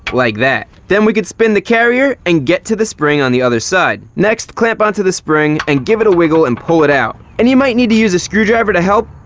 like that. then we can spin the carrier and get to the spring on the other side. next, clamp onto the spring and give it a wiggle and pull it out. and you might need to use a screwdriver to help.